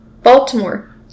Baltimore